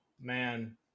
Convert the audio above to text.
Man